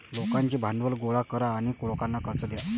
लोकांचे भांडवल गोळा करा आणि लोकांना कर्ज द्या